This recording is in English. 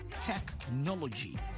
technology